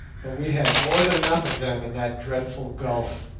but we had more than enough of them in that dreadful gulf.